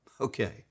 Okay